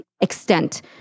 extent